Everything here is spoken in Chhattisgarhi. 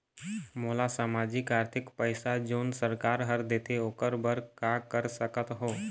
मोला सामाजिक आरथिक पैसा जोन सरकार हर देथे ओकर बर का कर सकत हो?